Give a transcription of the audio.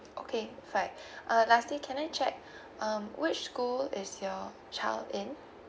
okay fine uh lastly can I check um which school is your child in